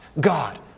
God